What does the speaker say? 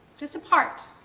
just a part,